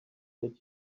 did